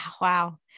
Wow